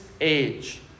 age